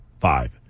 five